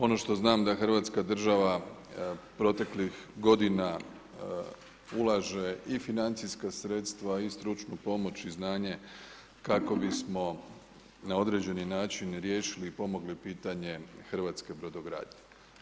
Ono što znam da hrvatska država proteklih godina ulaže i financijska sredstva i stručnu pomoć i znanje kako bismo na određeni način riješili i pomogli pitanje hrvatske brodogradnje.